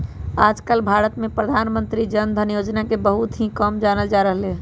आजकल भारत में प्रधानमंत्री जन धन योजना के बहुत ही कम जानल जा रहले है